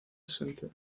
center